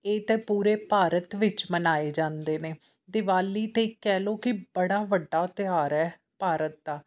ਇਹ ਤਾਂ ਪੂਰੇ ਭਾਰਤ ਵਿੱਚ ਮਨਾਏ ਜਾਂਦੇ ਨੇ ਦਿਵਾਲੀ ਤਾਂ ਕਹਿ ਲਓ ਕਿ ਬੜਾ ਵੱਡਾ ਤਿਉਹਾਰ ਹੈ ਭਾਰਤ ਦਾ